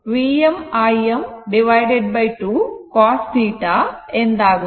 ಇದು ನಿಜವಾಗಿ Vm Im 2 cos θ ಎಂದಾಗುತ್ತದೆ